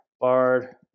Bard